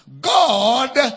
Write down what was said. God